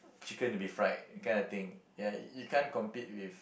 chicken to be fried that kind of thing ya you can't compete with